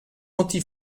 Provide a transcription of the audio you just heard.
anti